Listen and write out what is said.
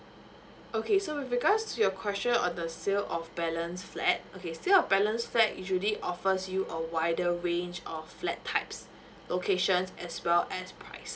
okay so with regards to your question on the sale of balance flat okay sale of balance flat usually offers you a wider range of flat types locations as well as prices